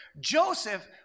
Joseph